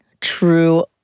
true